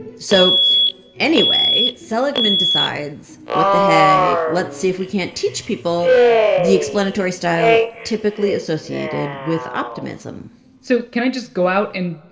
so anyway, seligman decides, what the hey, let's see if we can't teach people the explanatory style typically associated with optimism so can i just go out and,